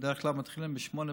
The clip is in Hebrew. הם בדרך כלל מתחילים ב-08:00,